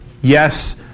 yes